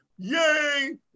Yay